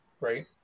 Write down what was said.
Right